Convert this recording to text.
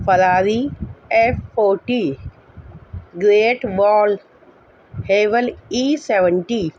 Ferrari F forty Great Wall Haval E seventy